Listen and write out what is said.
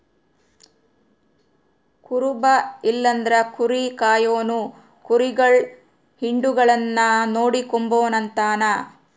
ಕುರುಬ ಇಲ್ಲಂದ್ರ ಕುರಿ ಕಾಯೋನು ಕುರಿಗುಳ್ ಹಿಂಡುಗುಳ್ನ ನೋಡಿಕೆಂಬತಾನ